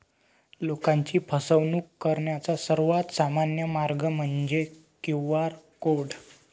लोकांची फसवणूक करण्याचा सर्वात सामान्य मार्ग म्हणजे क्यू.आर कोड